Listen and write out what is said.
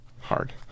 hard